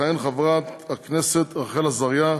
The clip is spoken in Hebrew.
תכהן חברת הכנסת רחל עזריה,